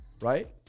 right